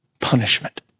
punishment